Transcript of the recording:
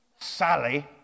Sally